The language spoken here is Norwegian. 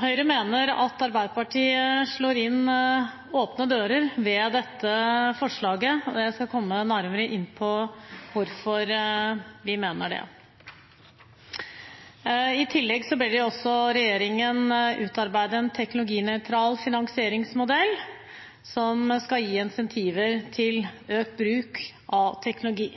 Høyre mener at Arbeiderpartiet slår inn åpne dører ved dette forslaget, og jeg skal komme nærmere inn på hvorfor vi mener det. I tillegg ber de regjeringen utarbeide en teknologinøytral finansieringsmodell, som skal gi incentiver til økt bruk av teknologi.